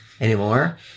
anymore